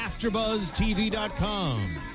AfterBuzzTV.com